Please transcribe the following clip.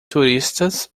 turistas